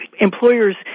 employers